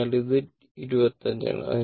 അതിനാൽ ഇത് 25 ആണ്